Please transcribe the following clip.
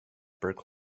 burke